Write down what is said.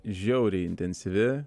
žiauriai intensyvi